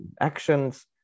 actions